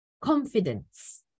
confidence